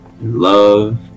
love